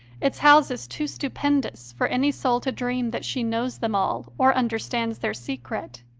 its houses too stupendous for any soul to dream that she knows them all or understands their secret.